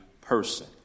person